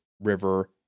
River